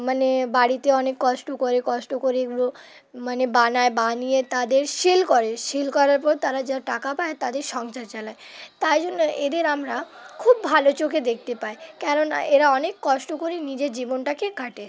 মানে বাড়িতে অনেক কষ্ট করে কষ্ট করে এগুলো মানে বানায় বানিয়ে তাদের সেল করে সেল করার পর তারা যা টাকা পায় তাদের সংসার চালায় তাই জন্য এদের আমরা খুব ভালো চোখে দেখতে পাই কেননা এরা অনেক কষ্ট করে নিজের জীবনটাকে কাটায়